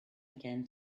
again